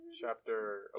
Chapter